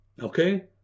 Okay